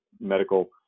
medical